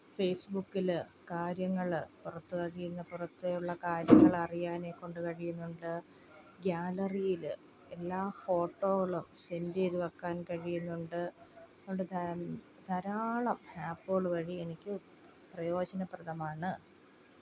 ഫേസ്ബുക്കിൽ കാര്യങ്ങൾ പുറത്ത് കഴിയുന്ന പുറത്തെയുള്ള കാര്യങ്ങൾ അറിയാനെക്കൊണ്ട് കഴിയുന്നുണ്ട് ഗ്യാലറിയിൽ എല്ലാ ഫോട്ടോകളും സേന്റ് ചെയ്ത് വെക്കാന് കഴിയുന്നുണ്ട് അതൊണ്ട് ധാരാളം ആപ്പ്കൾ വഴി എനിക്ക് പ്രയോജന പ്രദമാണ്